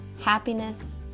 happiness